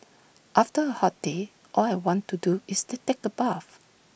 after A hot day all I want to do is to take A bath